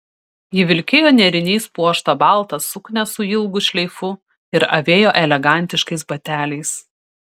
ji vilkėjo nėriniais puoštą baltą suknią su ilgu šleifu ir avėjo elegantiškais bateliais